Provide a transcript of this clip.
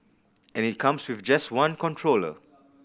and it comes with just one controller